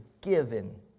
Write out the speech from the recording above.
given